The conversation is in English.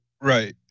Right